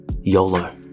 yolo